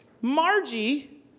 Margie